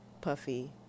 Puffy